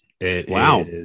Wow